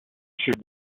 should